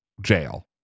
jail